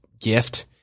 gift